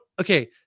okay